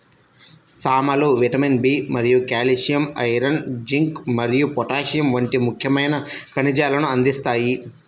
సామలు vitamin B మరియు calcium, iron, zinc మరియు పొటాషియం వంటి ముఖ్యమైన ఖనిజాలను అందిస్తాయి